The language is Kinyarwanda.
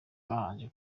babanje